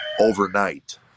Overnight